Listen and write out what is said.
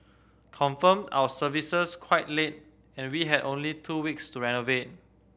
confirmed our services quite late and we had only two weeks to renovate